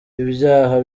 ibyaha